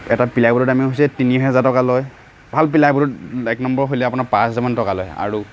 এটা পিলাই বৰ্ডৰ দামেই হৈছে তিনিহাজাৰ টকা লয় ভাল পিলাই বৰ্ড এক নম্বৰ হ'লে আপোনাৰ পাঁচ হাজাৰ মান টকা লয় আৰু